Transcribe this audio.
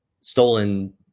stolen